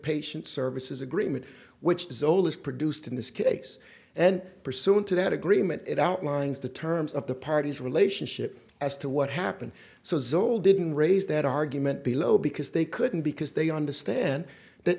patient services agreement which zola's produced in this case and pursuant to that agreement it outlines the terms of the party's relationship as to what happened so the old didn't raise that argument below because they couldn't because they understand that